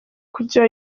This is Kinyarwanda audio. kujya